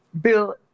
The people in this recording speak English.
Bill